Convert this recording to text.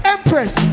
Empress